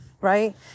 right